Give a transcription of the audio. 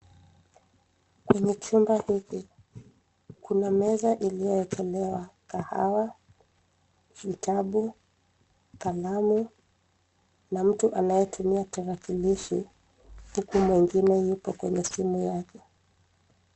Kwenye chumba hiki, kuna meza iliyowekelewa kahawa, vitabu, kalamu na mtu anayetumia tarakilishi huku mwingine yupo kwenye simu yake.